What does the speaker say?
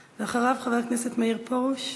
ואחריו, חבר הכנסת מאיר פרוש.